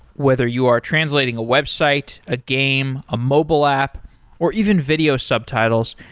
whether you are translating a website, a game, a mobile app or even video subtitles,